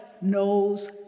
knows